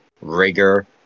Rigor